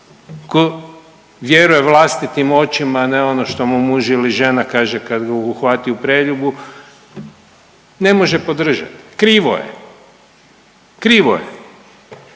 tko vjeruje vlastitim očima, ne ono što mu muž ili žena kaže kad ga uhvati u preljubu ne može podržati, krivo je, krivo je.